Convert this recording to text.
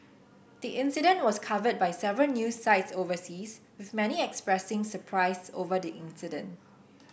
the incident was covered by several news sites overseas with many expressing surprise over the incident